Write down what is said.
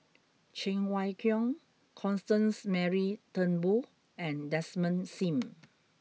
Cheng Wai Keung Constance Mary Turnbull and Desmond Sim